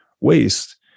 waste